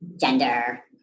gender